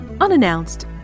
unannounced